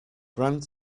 grand